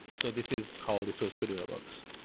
so this is how resource scheduler works.